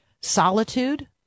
solitude